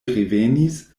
revenis